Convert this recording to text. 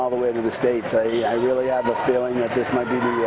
all the way to the states i really have a feeling that this might be